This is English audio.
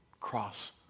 cross